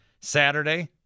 Saturday